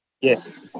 Yes